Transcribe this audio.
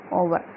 over